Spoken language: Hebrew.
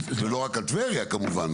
ולא רק על טבריה כמובן,